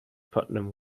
putnam